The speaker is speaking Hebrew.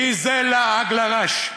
כי זה לעג לרש.